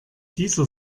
dieser